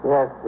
Yes